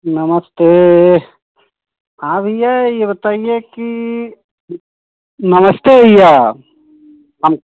नमस्ते हाँ भैया ये बताइए कि नमस्ते भैया हम